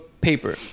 paper